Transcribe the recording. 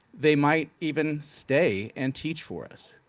they might even stay and teach for us.